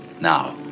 Now